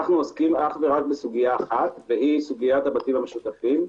אנו עוסקים רק בסוגיה אחת, סוגית הבתים המשותפים,